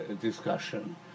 discussion